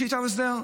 יש לי איתם הסדר.